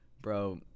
Bro